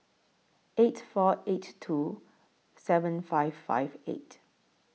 eight four eight two seven five five eight